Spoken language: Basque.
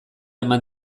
eman